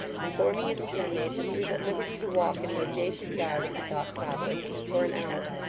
informing its inmate that he was at liberty to walk in the adjacent yard, if he thought proper, for an hour.